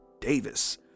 Davis